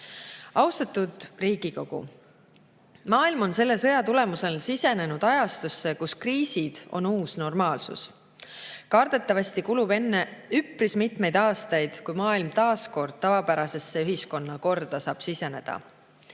armasta. Austatud Riigikogu! Maailm on selle sõja tulemusel sisenenud ajastusse, kus kriisid on uus normaalsus. Kardetavasti kulub enne üpris mitmeid aastaid, kui maailm taas kord oma tavapärasesse ühiskonnakorda saab siseneda.